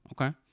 Okay